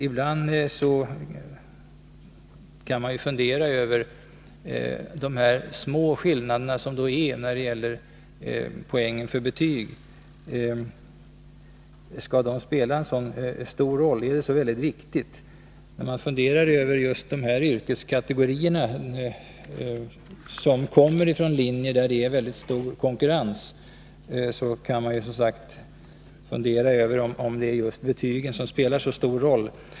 Ibland kan man ju fundera över de små skillnader som finns när det gäller poäng för betyg. Skall de spela en så stor roll? Är det så väldigt viktiga? När man funderar över just de yrkeskategorier som kommer från linjer där det råder väldigt stor konkurrens, kan man ju som sagt fråga sig om just betygen spelar så stor roll.